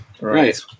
Right